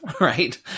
right